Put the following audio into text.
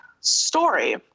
story